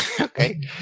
Okay